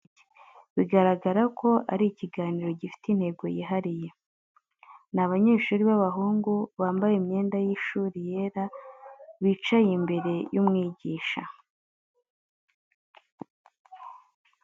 Abanyeshuri bari mu cyumba cy’inama, gifite urukuta w’amabara abiri icyatsi n’umweru bicaye neza kandi bafite impapuro mu ntoki, bigaragara ko ari ikiganiro gifite intego yihariye. Ni abanyeshuri b’abahungu bambaye imyenda y’ishuri yera, bicaye imbere y’umwigisha